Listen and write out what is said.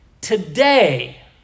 today